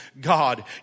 God